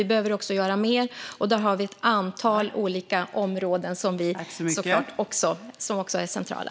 Vi behöver göra mer på ett antal olika områden som också är centrala.